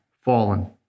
fallen